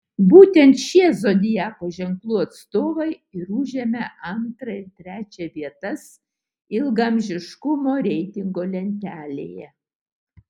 būtent šie zodiako ženklų atstovai ir užėmė antrą ir trečią vietas ilgaamžiškumo reitingo lentelėje